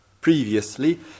previously